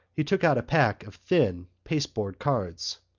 he took out a pack of thin pasteboard cards.